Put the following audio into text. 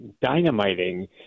dynamiting